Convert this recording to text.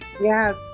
Yes